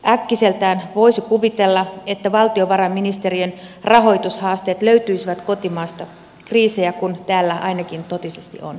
äkkiseltään voisi kuvitella että valtiovarainministeriön rahoitushaasteet löytyisivät kotimaasta kriisejä kun täällä ainakin totisesti on